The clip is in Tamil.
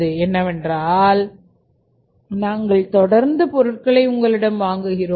என்னவென்றால் நாங்கள் தொடர்ந்து பொருட்களை உங்களிடம் வாங்குகிறோம்